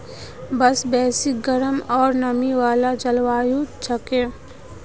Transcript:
बांस बेसी गरम आर नमी वाला जलवायुत हछेक